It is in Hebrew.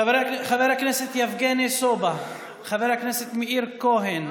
חבר הכנסת יבגני סובה, חבר הכנסת מאיר כהן,